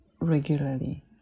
regularly